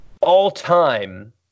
all-time